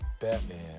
Batman